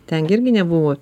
ten gi irgi nebuvo